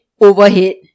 overhead